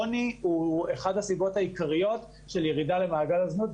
עוני הוא אחד הסיבות העיקריות של ירידה למעגל הזנות,